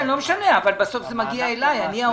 לא משנה, אבל בסוף זה מגיע אליי, אני העובד.